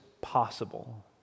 possible